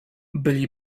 byli